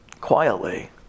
Quietly